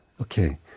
okay